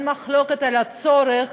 אין מחלוקת על הצורך